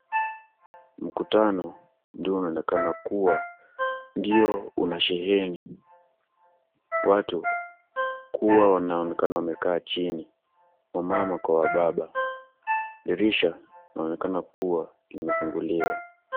Mkutano, ndio unaonekana kuwa ndio unasheheni. Watu kuwa wanaonekana wamekaa chini, wamama kwa wababa. Dirisha inaonekana kuwa imefunguliwa.